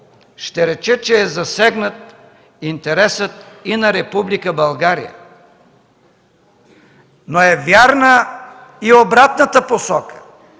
ще рече, че е засегнат интересът и на Република България. Но е вярна и обратната посока